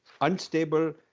unstable